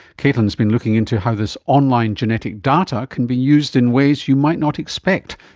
caitlin has been looking into how this online genetic data can be used in ways you might not expect,